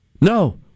No